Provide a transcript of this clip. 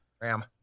Ram